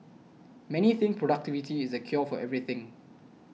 many think productivity is the cure for everything